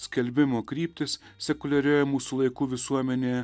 skelbimo kryptis sekuliarioje mūsų laikų visuomenėje